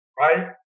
Right